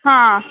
हां